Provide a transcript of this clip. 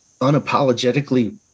unapologetically